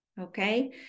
Okay